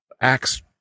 Acts